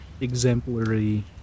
exemplary